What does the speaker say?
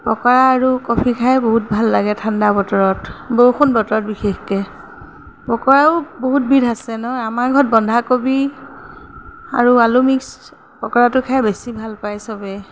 পকৰা আৰু কফি খাই বহুত ভাল লাগে ঠাণ্ডা বতৰত বৰষুণ বতৰত বিশেষকৈ পকৰাও বহুত বিধ আছে ন আমাৰ ঘৰত বন্ধাকবি আৰু আলু মিক্স পকৰাটো খাই বেছি ভাল পায় চবেই